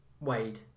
Wade